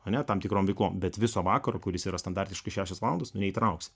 ane tam tikrom ligom bet viso vakaro kuris yra standartiškai šešios valandos neįtrauks